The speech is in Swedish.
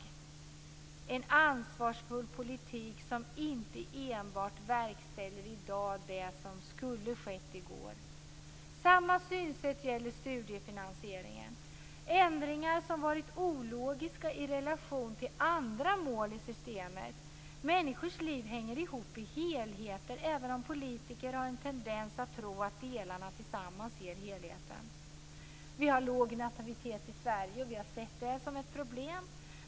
Det är en ansvarsfull politik, som inte enbart verkställer i dag det som skulle skett i går. Samma synsätt gäller studiefinansieringen. Ändringar som varit ologiska i relation till andra mål i systemet har gjorts. Människors liv hänger ihop i helheter, även om politiker har en tendens att tro att delarna tillsammans ger helheten. Vi har låg nativitet i Sverige. Vi har sett det som ett problem.